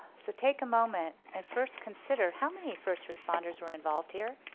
so take a moment. and first consider how many first responders were involved here,